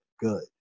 good